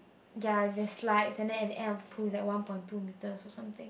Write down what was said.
ya the slides and then at the end of the pool is one point two metres or something